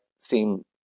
seem